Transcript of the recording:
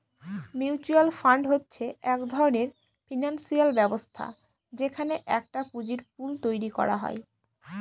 mutual fund হচ্ছে এক ধরনের ফিনান্সিয়াল ব্যবস্থা যেখানে একটা পুঁজির পুল তৈরী করা হয়